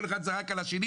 כל אחד זרק על השני.